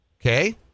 okay